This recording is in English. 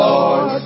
Lord